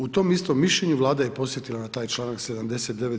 U tom istom mišljenju Vlada je podsjetila na taj članak 79.